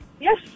yes